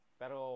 pero